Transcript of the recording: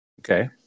Okay